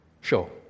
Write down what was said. Sure